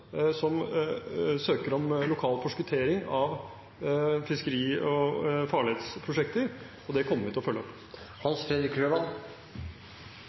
som søker om lokal forskuttering av fiskeri- og farledsprosjekter, og det kommer vi til å følge opp.